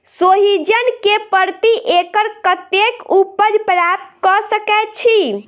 सोहिजन केँ प्रति एकड़ कतेक उपज प्राप्त कऽ सकै छी?